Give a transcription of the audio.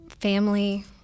family